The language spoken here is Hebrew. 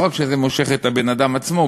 לא רק שזה מושך את הבן-אדם עצמו,